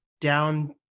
down